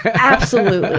absolutely!